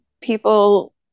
people